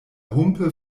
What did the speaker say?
humpe